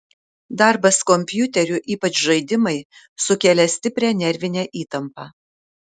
darbas kompiuteriu ypač žaidimai sukelia stiprią nervinę įtampą